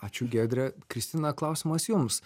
ačiū giedre kristina klausimas jums